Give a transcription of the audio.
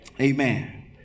Amen